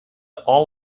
all